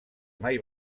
mai